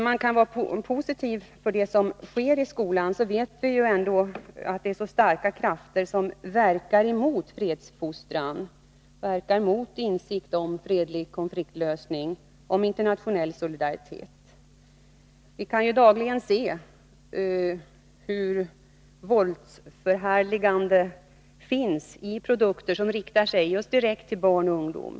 Man kan vara positiv till det som sker i skolan, men vi vet ändå att det finns starka krafter som verkar mot fredsfostran, mot insikt om fredlig konfliktlösning, mot internationell solidaritet. Vi kan dagligen se hur våldsförhärligande finns i produkter som riktar sig till just barn och ungdom.